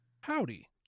Howdy